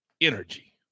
energy